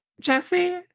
Jesse